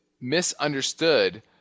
misunderstood